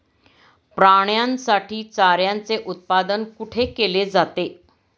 प्राण्यांसाठी चाऱ्याचे उत्पादन कुठे केले जाते?